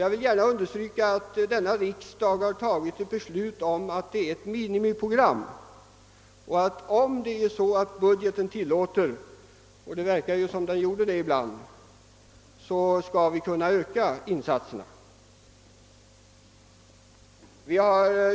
Jag vill gärna understryka att riksdagen har beslutat att det rör sig om ett minimiprogram och att om budgeten så tillåter — och det verkar ju som om den gjorde det ibland — insatserna skall kunna ökas.